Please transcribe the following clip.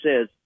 says